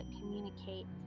communicate